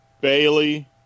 Bailey